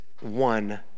one